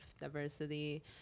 diversity